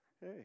Hey